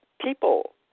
people